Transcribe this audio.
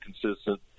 consistent